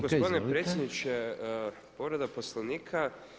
gospodine predsjedniče, povreda Poslovnika.